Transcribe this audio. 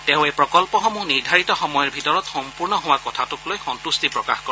তেওঁ এই প্ৰকল্পসমূহ নিৰ্ধাৰিত সময়ৰ ভিতৰত সম্পূৰ্ণ হোৱা কথাটো লৈ সন্তুষ্টি প্ৰকাশ কৰে